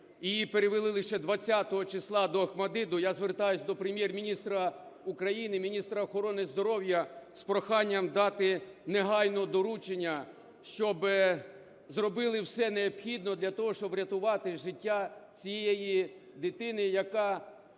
її перевели лише 20 числа до "ОХМАТДИТу". Я звертаюсь до Прем'єр-міністра України, міністра охорони здоров'я з проханням дати негайно доручення, щоб зробили все необхідне для того, щоб врятувати життя цієї дитини, яка,